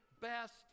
best